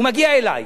הוא מגיע אלי,